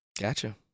Gotcha